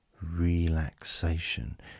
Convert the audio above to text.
relaxation